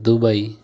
Dubai